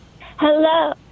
Hello